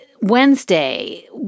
Wednesday